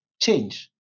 change